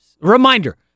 Reminder